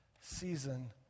season